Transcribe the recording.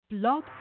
blog